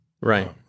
Right